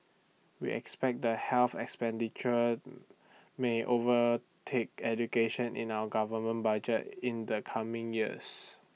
we expect that health expenditure may overtake education in our government budget in the coming years